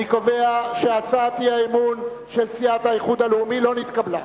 אני קובע שהצעת האי-אמון של סיעת האיחוד הלאומי לא נתקבלה.